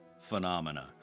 phenomena